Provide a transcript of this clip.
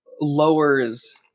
lowers